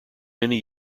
many